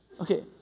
Okay